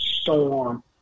storm